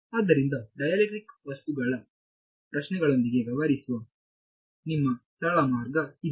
ಆದ್ದರಿಂದ ಡೈಎಲೆಕ್ಟ್ರಿಕ್ ವಸ್ತುಗಳ ಪ್ರಶ್ನೆಗಳೊಂದಿಗೆ ವ್ಯವಹರಿಸುವ ನಿಮ್ಮ ಸರಳ ಮಾರ್ಗ ಇದೆ